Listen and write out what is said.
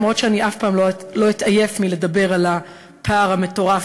למרות שאני אף פעם לא אתעייף מלדבר על הפער המטורף